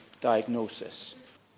diagnosis